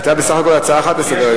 היתה בסך הכול הצעה אחת לסדר-היום.